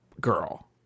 girl